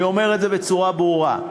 אני אומר את זה בצורה ברורה,